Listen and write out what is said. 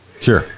sure